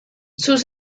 sus